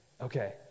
Okay